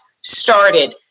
started